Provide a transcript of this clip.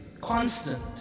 constant